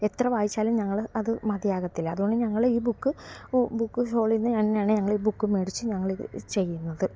എത്ര വായിച്ചാലും ഞങ്ങൾ അതു മതിയാകത്തില്ല അതുകൊണ്ട് ഞങ്ങൾ ഈ ബുക്ക് ഒ ബുക്ക് ഹോളിൽ നിന്നു തന്നെയാണ് ഞങ്ങൾ ഈ ബുക്ക് മേടിച്ച് ഞങ്ങളിതു ചെയ്യുന്നത്